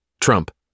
Trump